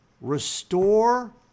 restore